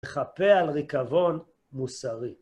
לחפה על רקבון מוסרי.